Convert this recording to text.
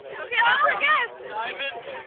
okay, i guess diamond